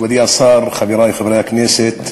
מכובדי השר, חברי חברי הכנסת,